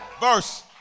Verse